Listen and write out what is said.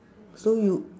so you